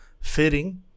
fitting